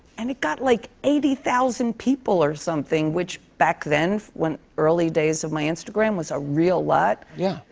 and it got like eighty thousand people or something, which, back then, when early days of my instagram, was a real lot. yeah.